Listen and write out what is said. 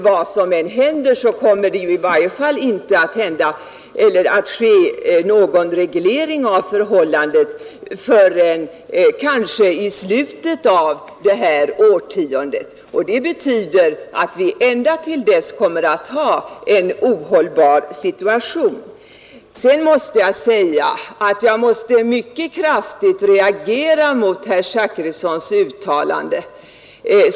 Vad som än händer kommer det i varje fall inte att ske någon reglering av förhållandet förrän kanske i slutet av detta årtionde. Det betyder att vi ända till dess kommer att ha en ohållbar situation. Jag måste mycket kraftigt reagera mot herr Zachrissons uttalande.